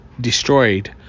destroyed